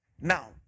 Now